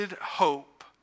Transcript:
hope